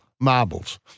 Marbles